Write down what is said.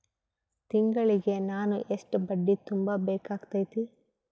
ತಿಂಗಳಿಗೆ ನಾನು ಎಷ್ಟ ಬಡ್ಡಿ ತುಂಬಾ ಬೇಕಾಗತೈತಿ?